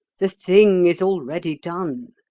the thing is already done.